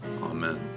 Amen